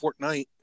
Fortnite